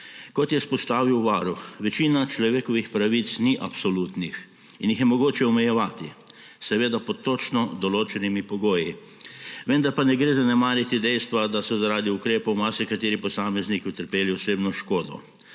Kot je izpostavil Varuh, večina človekovih pravic ni absolutnih in jih je mogoče omejevati, seveda pod točno določenimi pogoji. Vendar pa ne gre zanemariti dejstva, da so zaradi ukrepov marsikateri posamezniki utrpeli osebno škodo.